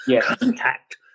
contact